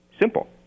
Simple